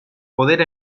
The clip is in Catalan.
poder